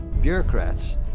bureaucrats